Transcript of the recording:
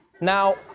now